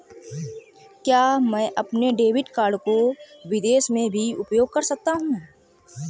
क्या मैं अपने डेबिट कार्ड को विदेश में भी उपयोग कर सकता हूं?